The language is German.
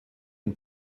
und